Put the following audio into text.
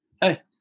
Hey